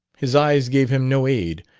his eyes gave him no aid,